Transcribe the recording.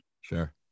Sure